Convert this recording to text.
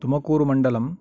Tumakuru मण्डलम्